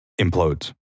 implodes